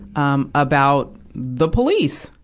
um, about the police.